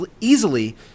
easily